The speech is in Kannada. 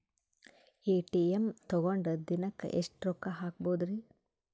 ಎ.ಟಿ.ಎಂ ತಗೊಂಡ್ ದಿನಕ್ಕೆ ಎಷ್ಟ್ ರೊಕ್ಕ ಹಾಕ್ಬೊದ್ರಿ?